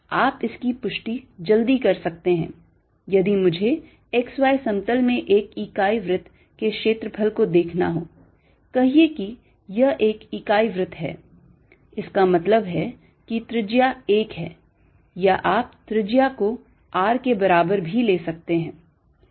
आप इसकी पुष्टि जल्दी कर सकते हैं यदि मुझे xy समतल में एक इकाई वृत्त के क्षेत्रफल को देखना हो कहिए कि यह एक इकाई वृत्त है इसका मतलब है कि त्रिज्या 1 है या आप त्रिज्या को r के बराबर भी ले सकते हैं